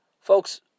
Folks